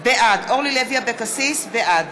בשמות חברי הכנסת) אורלי לוי אבקסיס, בעד